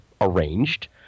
arranged